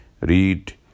read